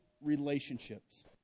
relationships